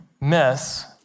miss